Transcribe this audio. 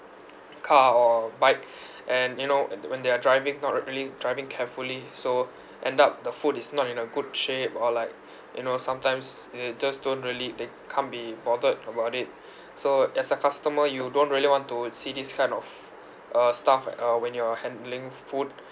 car or bike and you know uh when they are driving not really driving carefully so end up the food is not in a good shape or like you know sometimes they they just don't really they can't be bothered about it so as a customer you don't really want to see this kind of uh stuff uh when you are handling food